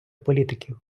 політиків